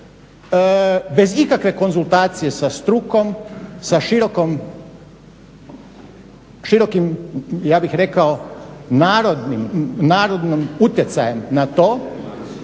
bez ikakve konzultacije sa strukom, sa širokim ja bih rekao narodnim utjecajem na to